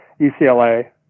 UCLA